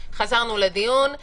או שיש משהו ללמוד מהם?